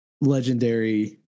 legendary